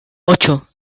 ocho